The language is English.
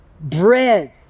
bread